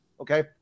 Okay